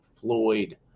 Floyd